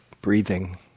breathing